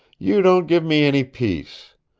you don't give me any peace.